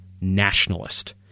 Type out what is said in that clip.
nationalist